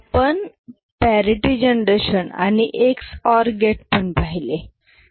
आपण parity generation आणि X OR gate पण पाहिले